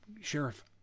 Sheriff